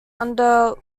under